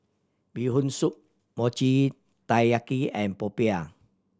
Bee Hoon Soup Mochi Taiyaki and popiah